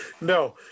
No